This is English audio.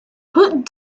put